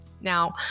Now